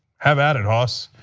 have at it, haus.